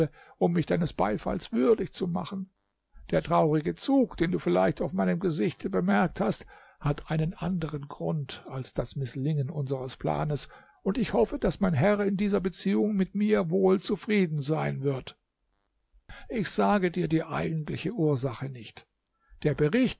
um mich deines beifalls würdig zu machen der traurige zug den du vielleicht auf meinem gesichte bemerkt hast hat einen anderen grund als das mißlingen unseres planes und ich hoffe daß mein herr in dieser beziehung mit mir wohl zufrieden sein wird ich sage dir die eigentliche ursache nicht der bericht